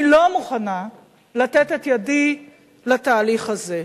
אני לא מוכנה לתת את ידי לתהליך הזה.